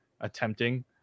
attempting